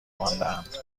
ماندهاند